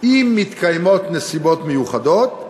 אם מתקיימות נסיבות מיוחדות,